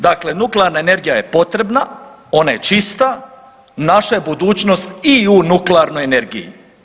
Dakle, nuklearna energija je potrebna, ona je čista, naša je budućnost i u nuklearnoj energiji.